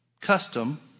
custom